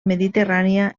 mediterrània